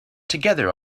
together